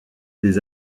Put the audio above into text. des